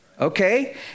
okay